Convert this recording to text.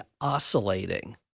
oscillating